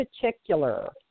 particular